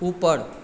ऊपर